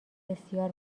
بسیار